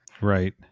right